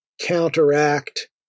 counteract